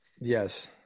Yes